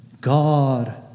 God